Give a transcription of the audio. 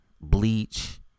bleach